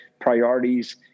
priorities